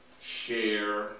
Share